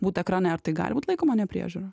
būt ekrane ar tai gali būt laikoma nepriežiūra